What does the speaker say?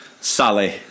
Sally